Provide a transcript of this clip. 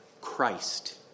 Christ